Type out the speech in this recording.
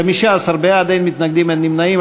15 בעד, אין מתנגדים, אין נמנעים.